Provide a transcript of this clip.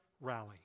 rally